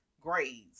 grades